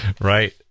Right